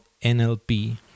NLP